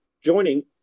joining